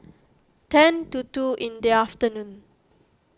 ten to two in the afternoon